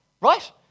right